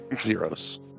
Zeros